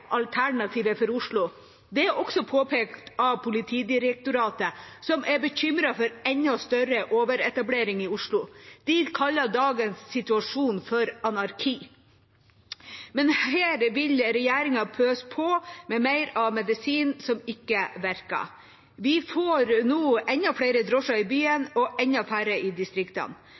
alternativet for Oslo. Dette er også påpekt av Politidirektoratet, som er bekymret for enda større overetablering i Oslo. De kaller dagens situasjon for anarki. Men her vil regjeringa pøse på med mer av medisinen som ikke virker. Vi får nå enda flere drosjer i byene og enda færre i distriktene.